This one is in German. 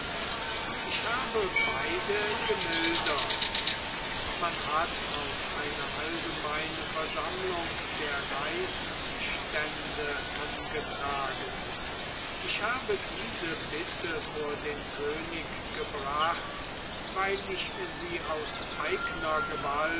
ich habe beide gemildert man hat auf eine allgemeine versammlung der reichsstände angetragen ich habe diese bitte vor den könig gebracht weil ich sie aus eigner gewalt